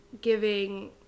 giving